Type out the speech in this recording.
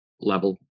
level